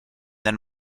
than